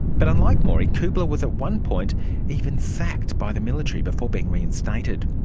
but unlike mori, kuebler was at one point even sacked by the military before being reinstated.